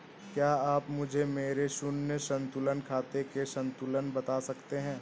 क्या आप मुझे मेरे शून्य संतुलन खाते का संतुलन बता सकते हैं?